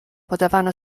podawano